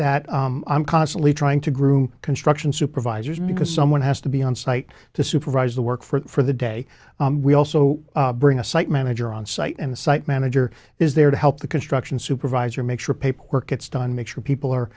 that i'm constantly trying to groom construction supervisors because someone has to be on site to supervise the work for the day we also bring a site manager on site and the site manager is there to help the construction supervisor make sure paperwork gets done make sure people are